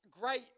great